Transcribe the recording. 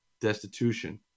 destitution